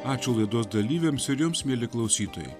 ačiū laidos dalyviams ir jums mieli klausytojai